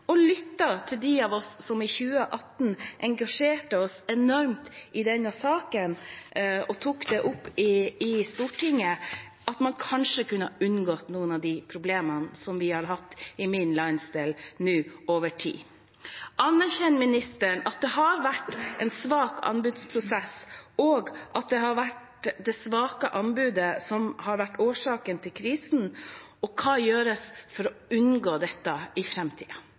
og lyttet til dem av oss som i 2018 engasjerte oss enormt i denne saken og tok den opp i Stortinget, kunne man kanskje unngått noen av problemene vi har hatt i min landsdel nå over tid. Anerkjenner ministeren at det har vært en svak anbudsprosess, og at det er det svake anbudet som er årsaken til krisen? Hva gjøres for å unngå dette i